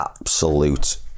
absolute